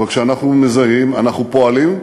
אבל כשאנחנו מזהים אנחנו פועלים,